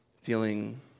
feeling